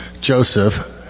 Joseph